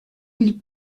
ils